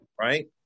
Right